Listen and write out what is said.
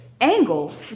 angle